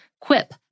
Quip